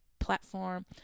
platform